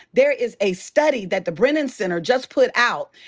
there is a study that the brennan center just put out.